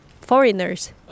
foreigners